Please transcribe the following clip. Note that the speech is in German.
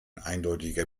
eindeutiger